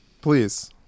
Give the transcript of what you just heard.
Please